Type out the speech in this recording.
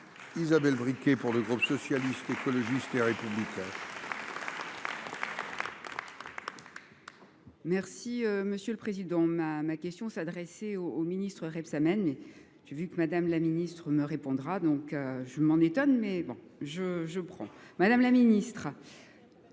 Isabelle Vriquet pour le groupe socialiste, écologiste et républicaine.